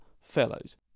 fellows